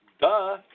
Duh